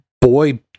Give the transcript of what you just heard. boy